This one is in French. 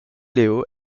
leo